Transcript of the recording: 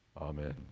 Amen